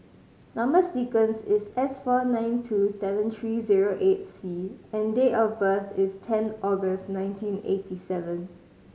number sequence is S four nine two seven three zero eight C and date of birth is ten August nineteen eighty seven